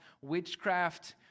witchcraft